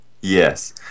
Yes